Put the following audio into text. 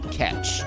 catch